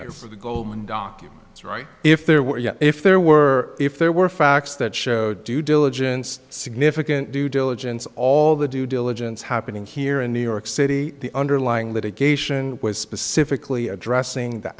yes for the goldman documents right if there were yes if there were if there were facts that show due diligence significant due diligence all the due diligence happening here in new york city the underlying litigation was specifically addressing the